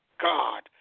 God